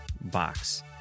box